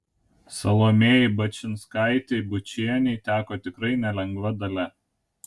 salomėjai bačinskaitei bučienei teko tikrai nelengva dalia